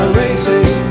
racing